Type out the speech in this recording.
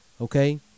okay